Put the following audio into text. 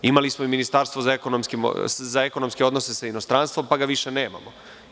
Imali smo Ministarstvo za ekonomske odnose sa inostranstvom, pa ga više nemamo.